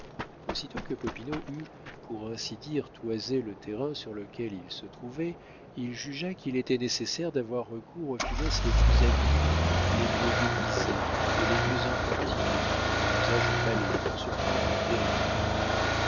aussitôt que popinot eut pour ainsi dire toisé le terrain sur lequel il se trouvait il jugea qu'il était nécessaire d'avoir recours aux finesses les plus habiles les mieux déguisées et les mieux entortillées en usage au palais pour surprendre la vérité